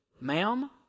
ma'am